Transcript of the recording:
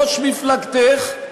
ראש מפלגתך,